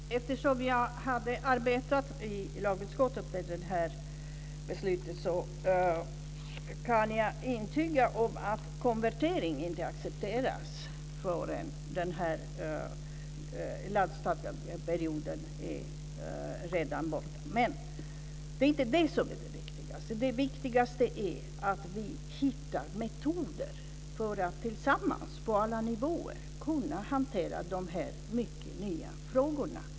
Fru talman! Eftersom jag har arbetat i lagutskottet med det här beslutet kan jag intyga att konvertering inte accepteras förrän den lagstadgade perioden redan är borta. Men det är inte det som är det viktigaste. Det viktigaste är att vi hittar metoder för att tillsammans på alla nivåer kunna hantera de här mycket nya frågorna.